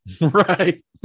right